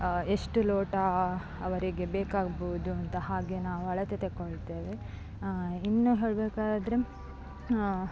ಎಷ್ಟು ಲೋಟ ಅವರಿಗೆ ಬೇಕಾಗಬಹುದು ಅಂತ ಹಾಗೇ ನಾವು ಅಳತೆ ತೆಗೊಳ್ತೇವೆ ಇನ್ನು ಹೇಳಬೇಕಾದ್ರೆ